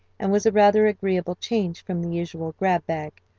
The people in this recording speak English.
and was a rather agreeable change from the usual grab-bag.